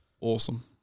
Awesome